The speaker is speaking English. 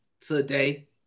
today